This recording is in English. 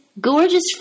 gorgeous